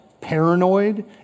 paranoid